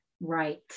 Right